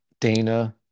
Dana